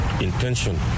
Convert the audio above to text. intention